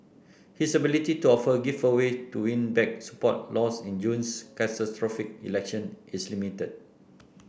his ability to offer giveaway to win back support lost in June's catastrophic election is limited